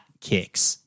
Kicks